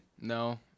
No